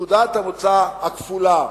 מנקודת המוצא הכפולה: